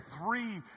three